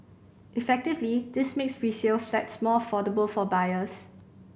effectively this makes resale flats more affordable for buyers